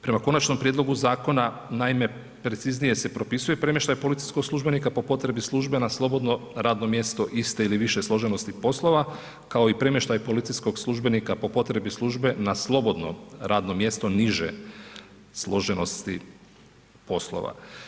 Prema Konačnom prijedlogu Zakona, naime, preciznije se propisuje premještaj policijskog službenika po potrebi službe na slobodno radno mjesto iste ili više složenosti poslova, kao i premještaj policijskog službenika po potrebi službe na slobodno radno mjesto niže složenosti poslova.